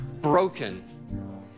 broken